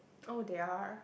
oh they are